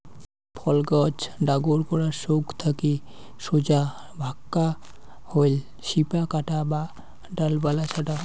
ফল গছ ডাগর করার সৌগ থাকি সোজা ভাক্কা হইল শিপা কাটা বা ডালপালা ছাঁটা